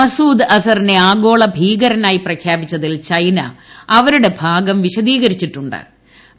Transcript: മസൂദ് അസറിനെ ആഗോള ഭീകരനായി പ്രഖ്യാപിച്ചതിൽ ചൈന അവരുടെ ഭാഗം വിശദീകരിച്ചിട്ടു ്്